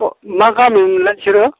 मा गामिमोनलाय बिसोरो